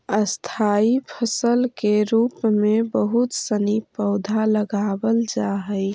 स्थाई फसल के रूप में बहुत सनी पौधा लगावल जा हई